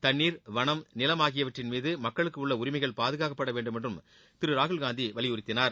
தண்ணீர் வளம் நிலம் ஆகியவற்றின் மீது மக்களுக்கு உள்ள உரிமைகள் பாதுகாப்பட வேண்டும் என்றும் திரு ராகுல்காந்தி வலியுறுத்தினார்